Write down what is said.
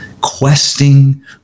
questing